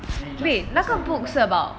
then he just that's why he go and write